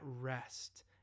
rest